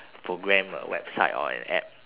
program a website or an app